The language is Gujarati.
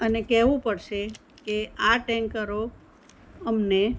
અને કહેવું પડશે કે આ ટેન્કરો અમને